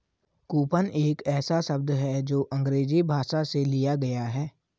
coupon एक ऐसा शब्द है जो अंग्रेजी भाषा से लिया गया है